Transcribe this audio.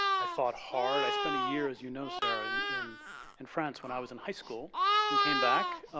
i thought hard, i spent a year, as you know sarah, and in and france when i was in high school and came back